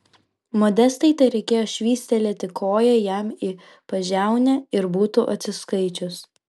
modestai tereikėjo švystelėti koja jam į pažiaunę ir būtų atsiskaičius